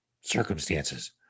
circumstances